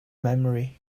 memory